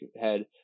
head